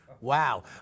Wow